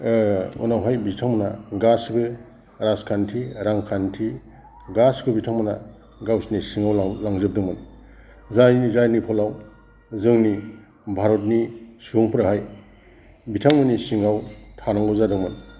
उनावहाय बिथांमोना गासिबो राजखान्थि रांखान्थि गासिखौबो बिथांमोना गावसिनि सिङाव लांजोबदोंमोन जायनि जायनि फलआव जोंनि भारतनि सुबंफोराहाय बिथांमोननि सिङाव थानांगौ जादोंमोन